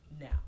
now